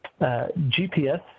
GPS